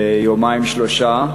ביומיים-שלושה,